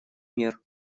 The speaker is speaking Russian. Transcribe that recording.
мер